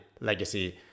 legacy